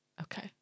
Okay